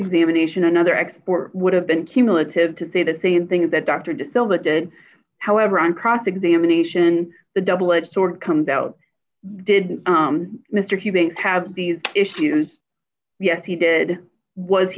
examination another export would have been cumulative to say the same thing that dr de silva did however on cross examination the double edged sword comes out did mr hugh they have these issues yes he did was